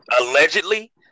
Allegedly